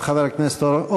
חבר הכנסת חיים ילין,